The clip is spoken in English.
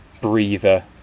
breather